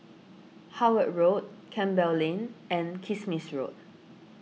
Howard Road Campbell Lane and Kismis Road